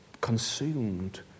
consumed